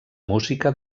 música